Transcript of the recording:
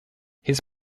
his